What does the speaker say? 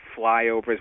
flyovers